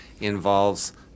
involves